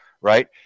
right